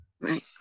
right